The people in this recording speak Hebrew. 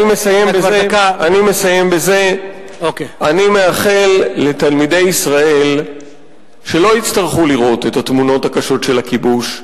אני מאחל לתלמידי ישראל שלא יצטרכו לראות את התמונות הקשות של הכיבוש,